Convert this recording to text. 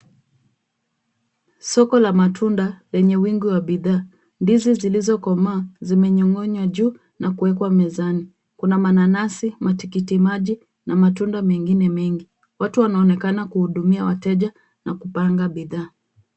Soko la matunda wenye wingi wa bidhaa. Ndizi zilizokomaa zimening'inia juu na kuwekwa mezani. Kuna mananasi , matikitimaji na matunda mengine mengi. Watu wanaonekana kuhudumia wateja na kupanga bidhaa.